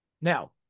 Now